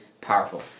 powerful